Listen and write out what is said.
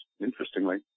interestingly